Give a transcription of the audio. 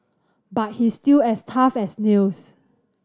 but he's still as tough as nails